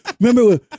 remember